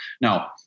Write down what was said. now